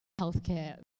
healthcare